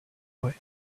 away